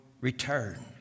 return